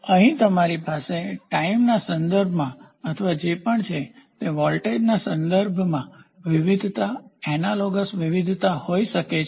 અહીં તમારી પાસે ટાઇમસમયના સંદર્ભમાં અથવા જે પણ છે તે વોલ્ટેજના સંદર્ભમાં વિવિધતા એનાલોગસ વિવિધતા હોઈ શકે છે